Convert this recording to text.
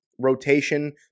rotation